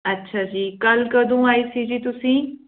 ਅੱਛਾ ਜੀ ਕੱਲ੍ਹ ਕਦੋਂ ਆਏ ਸੀ ਜੀ ਤੁਸੀਂ